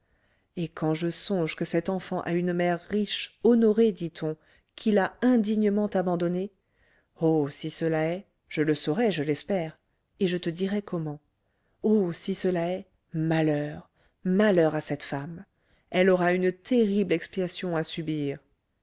et quand je songe que cette enfant a une mère riche honorée dit-on qui l'a indignement abandonnée oh si cela est je le saurai je l'espère et je te dirai comment oh si cela est malheur malheur à cette femme elle aura une terrible expiation à subir